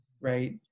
right